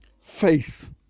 Faith